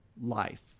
life